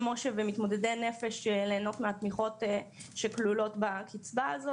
ומתמודדי נפש ליהנות מהתמיכות שכללות בקצבה הזאת.